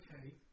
okay